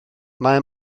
mae